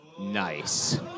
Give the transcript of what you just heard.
Nice